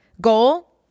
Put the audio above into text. goal